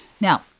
Now